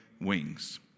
wings